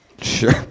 Sure